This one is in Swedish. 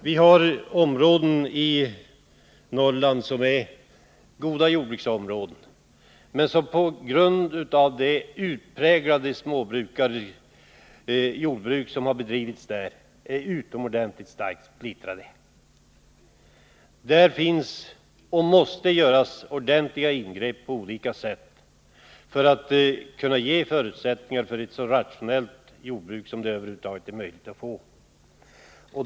Vi har områden i Norrland som är goda jordbruksområden men som, på grund av det utpräglade småbruk som har bedrivits där, är synnerligen starkt splittrade. Där måste man göra ordentliga ingrepp på olika sätt för att kunna ge förutsättningar för ett så rationellt jordbruk som det över huvud taget är möjligt att få.